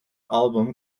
album